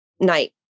Night